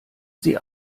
sie